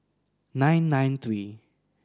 nine nine three